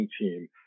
team